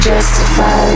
Justify